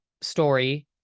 story